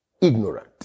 ignorant